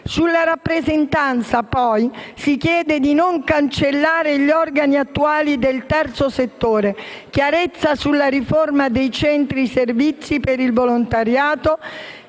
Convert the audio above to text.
Sulla rappresentanza, poi, si chiede di non cancellare gli organi attuali del terzo settore, chiarezza sulla riforma dei centri servizi per il volontariato